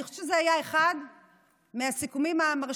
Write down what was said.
אני חושבת שזה היה אחד הסיכומים המרשימים,